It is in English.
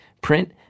print